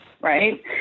right